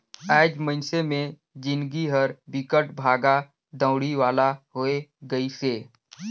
आएज मइनसे मे जिनगी हर बिकट भागा दउड़ी वाला होये गइसे